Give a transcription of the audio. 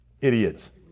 Idiots